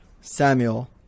Samuel